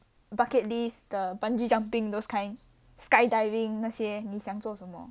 bucket list the bungee jumping those kind skydiving 那些你想做什么